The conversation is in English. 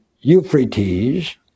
Euphrates